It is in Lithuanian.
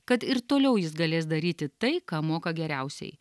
kad ir toliau jis galės daryti tai ką moka geriausiai